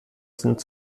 sind